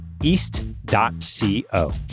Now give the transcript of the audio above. East.co